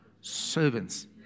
servants